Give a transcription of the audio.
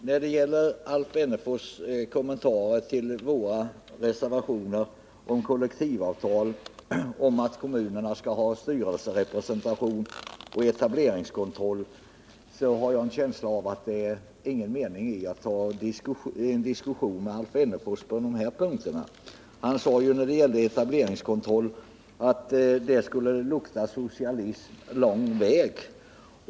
Herr talman! Alf Wennerfors kommenterade våra reservationer om kollektivavtal, om styrelserepresentation för kommunerna och om etableringskontroll. Jag har en känsla av att det inte är någon mening med att ta en diskussion med Alf Wennerfors på de här punkterna. När det gällde etableringskontrollen sade han att det skulle lukta socialism lång väg.